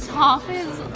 top is.